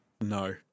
No